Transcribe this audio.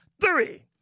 Three